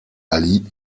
ali